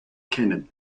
kennen